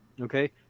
okay